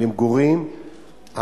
למגורים,